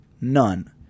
None